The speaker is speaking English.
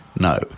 No